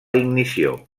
ignició